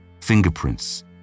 fingerprints